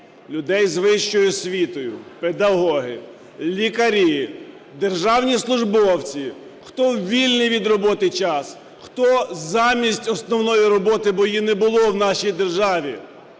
люди з вищою освітою, педагоги, лікарі, державні службовці, хто в вільний від роботи час, хто замість основної роботи, бо її не було в нашій державі.